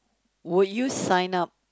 would you sign up